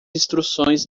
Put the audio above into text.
instruções